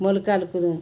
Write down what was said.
మొలక అలుకుదాం